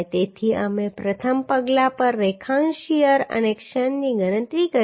તેથી અમે પ્રથમ પગલા પર રેખાંશ શીયર અને ક્ષણની ગણતરી કરી છે